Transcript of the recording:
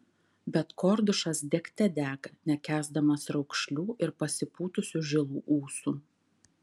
bet kordušas degte dega nekęsdamas raukšlių ir pasipūtusių žilų ūsų